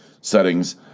settings